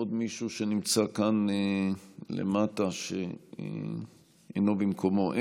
עוד מישהו שנמצא כאן למטה ואינו במקומו?